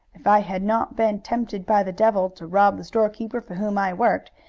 if i had not been tempted by the devil to rob the storekeeper for whom i worked,